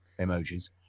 emojis